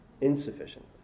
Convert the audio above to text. insufficient